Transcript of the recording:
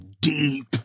deep